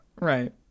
Right